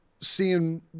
seeing